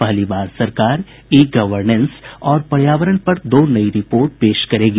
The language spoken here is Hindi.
पहली बार सरकार ई गवर्नेंस और पर्यावरण पर दो नई रिपोर्ट पेश करेगी